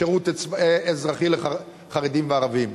שירות אזרחי לחרדים ולערבים.